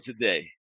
today